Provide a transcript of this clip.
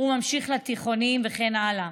וממשיך לתיכונים וכן הלאה.